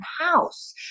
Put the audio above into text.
house